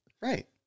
Right